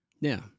Now